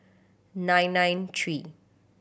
nine nine three